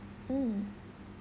mm